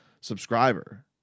subscriber